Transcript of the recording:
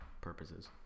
purposes